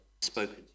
spoken